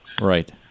Right